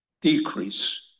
decrease